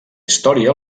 història